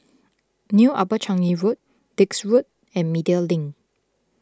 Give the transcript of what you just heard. New Upper Changi Road Dix Road and Media Link